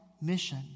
mission